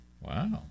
Wow